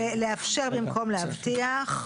אמרתי "לאפשר" במקום "להבטיח".